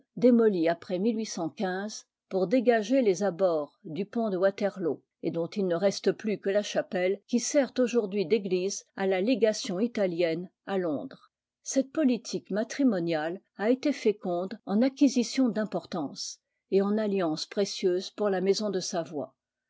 démoli après pour dégager les abords du pont de waterloo et dont il ne reste plus que la chapelle qui sert aujourd'hui d'église à la légation italienne à londres cette politique matrimoniale a été féconde en acquisitions d'importance et en alliances précieuses pour la maison de savoie